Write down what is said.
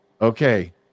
okay